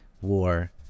war